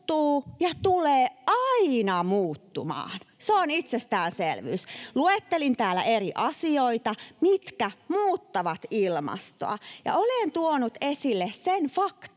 ja tulee aina muuttumaan. Se on itsestäänselvyys. Luettelin täällä eri asioita, mitkä muuttavat ilmastoa, ja olen tuonut esille sen faktan,